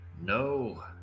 No